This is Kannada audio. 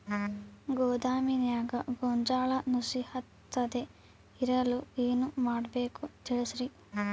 ಗೋದಾಮಿನ್ಯಾಗ ಗೋಂಜಾಳ ನುಸಿ ಹತ್ತದೇ ಇರಲು ಏನು ಮಾಡಬೇಕು ತಿಳಸ್ರಿ